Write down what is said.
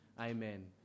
amen